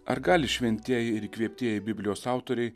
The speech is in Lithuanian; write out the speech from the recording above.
ar gali šventieji ir įkvėptieji biblijos autoriai